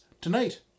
Tonight